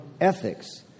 ethics